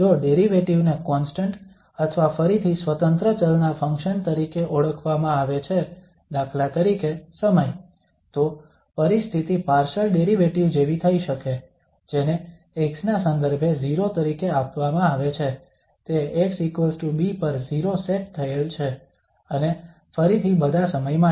તો જો ડેરિવેટિવ ને કોન્સ્ટંટ અથવા ફરીથી સ્વતંત્ર ચલ ના ફંક્શન તરીકે ઓળખવામાં આવે છે દાખલા તરીકે સમય તો પરિસ્થિતિ પાર્શલ ડેરિવેટિવ જેવી થઈ શકે જેને x ના સંદર્ભે 0 તરીકે આપવામાં આવે છે તે xb પર 0 સેટ થયેલ છે અને ફરીથી બધા સમય માટે